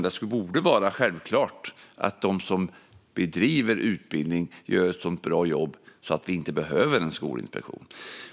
Det borde vara självklart att de som bedriver utbildning gör ett sådant bra jobb att vi inte behöver en skolinspektion.